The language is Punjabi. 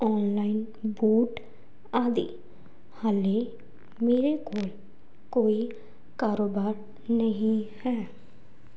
ਆਨਲਾਈਨ ਬੂਟ ਆਦਿ ਹਾਲੇ ਮੇਰੇ ਕੋਲ ਕੋਈ ਕਾਰੋਬਾਰ ਨਹੀਂ ਹੈ